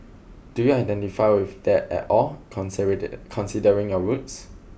do you identify with that at all considering your roots